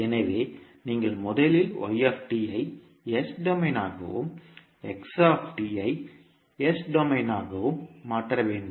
எனவே நீங்கள் முதலில் ஐ S டொமைனாகவும் ஐ S டொமைனாகவும் மாற்ற வேண்டும்